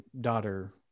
daughter